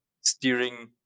steering